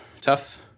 tough